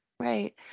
Right